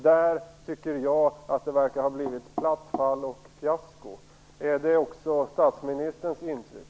Jag tycker att det verkar ha blivit platt fall och fiasko. Är det också statsministerns intryck?